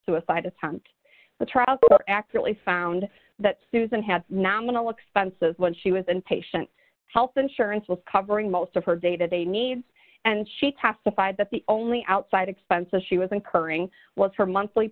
suicide attempt the trial actually found that susan had nominal expenses when she was a patient health insurance was covering most of her day to day needs and she testified that the only outside expenses she was incurring was her monthly